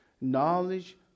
knowledge